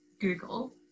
Google